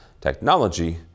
technology